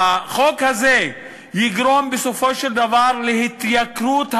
החוק הזה יגרום בסופו של דבר להתייקרות הדיור,